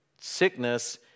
sickness